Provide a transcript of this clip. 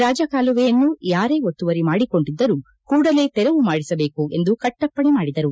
ರಾಜಕಾಲುವೆಯನ್ನು ಯಾರೇ ಒತ್ತುವರಿ ಮಾಡಿಕೊಂಡಿದ್ದರು ಕೂಡಲೇ ತೆರವು ಮಾಡಿಸಬೇಕು ಎಂದು ಕಟ್ಟಪ್ಪಣೆ ಮಾಡಿದರು